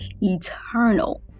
eternal